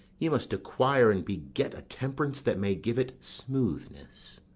you must acquire and beget a temperance that may give it smoothness.